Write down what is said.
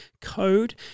code